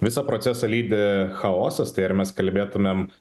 visą procesą lydi chaosas tai ar mes kalbėtumėm